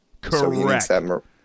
Correct